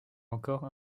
encore